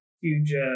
huge